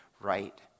right